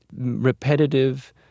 repetitive